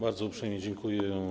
Bardzo uprzejmie dziękuję.